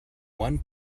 one